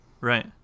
right